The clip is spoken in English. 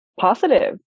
positive